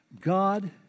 God